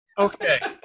okay